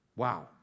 wow